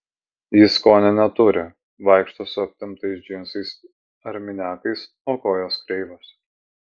ji skonio neturi vaikšto su aptemptais džinsais ar miniakais o kojos kreivos